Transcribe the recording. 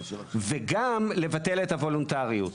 וגם לבטל את הוולונטריות.